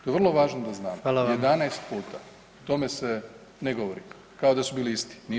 To je vrlo važno da znate, 11 puta [[Upadica predsjednik: Hvala vam.]] O tome se ne govori, kao da su bili isti, nisu.